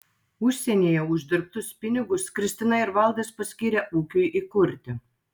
užsienyje uždirbtus pinigus kristina ir valdas paskyrė ūkiui įkurti